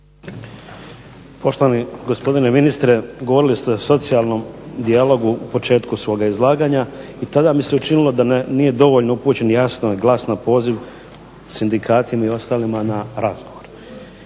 Poštovani gospodine ministre, govorili ste o socijalnom dijalogu u početku svoga izlaganja i tada mi se učinilo da nije dovoljno upućen jasno i glasno poziv sindikatima i ostalima na razgovor